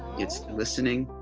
it's listening,